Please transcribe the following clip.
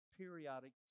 Periodic